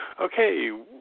Okay